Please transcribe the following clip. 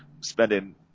spending